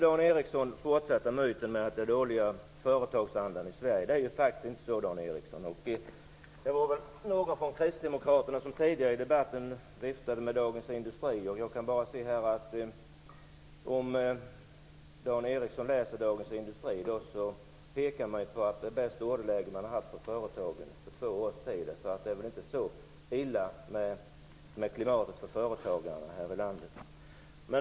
Dan Ericsson driver fortsatt myten om den dåliga företagsandan i Sverige. Det är faktiskt inte så, Dan Ericsson. Någon från Kristdemokraterna viftade tidigare i debatten med Dagens Industri. Om Dan Ericsson läser Dagens Industri i dag kan han se att tidningen pekar på att företagen har det bästa orderläge man har haft på två års tid. Det är väl inte så illa med klimatet för företagarna här i landet.